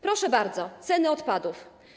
Proszę bardzo: ceny odpadów.